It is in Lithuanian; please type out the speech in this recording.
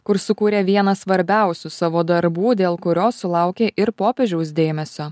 kur sukūrė vieną svarbiausių savo darbų dėl kurios sulaukė ir popiežiaus dėmesio